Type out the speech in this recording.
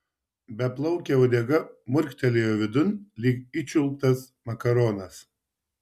beplaukė uodega murktelėjo vidun lyg įčiulptas makaronas